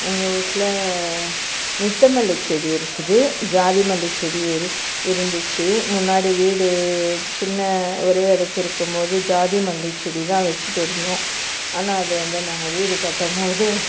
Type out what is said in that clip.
எங்கள் வீட்ல நித்தமல்லி செடி இருக்குது ஜாதி மல்லி செடி இருந்துச்சி முன்னாடி வீடு சின்ன ஒரே அடுக்கு இருக்கும் போது ஜாதி மல்லி செடி தான் வெச்சுட்டு இருந்தோம் ஆனால் அது வந்து நாங்கள் வீடு கட்டும் போது